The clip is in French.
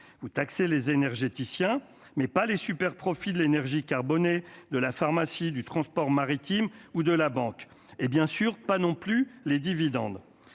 ou taxer les énergéticiens mais pas les super profits de l'énergie carbonée de la pharmacie du transport maritime ou de la banque et bien sûr pas non plus les dividendes,